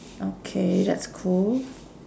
okay that's cool